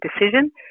decision